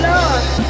Lord